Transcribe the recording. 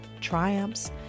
triumphs